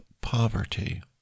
poverty